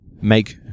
make